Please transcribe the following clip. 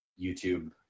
YouTube